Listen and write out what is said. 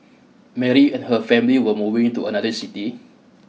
Mary and her family were moving to another city